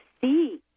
see